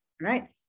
right